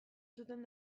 zuten